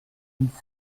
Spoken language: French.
mille